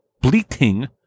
bleating